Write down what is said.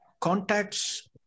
contacts